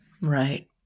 Right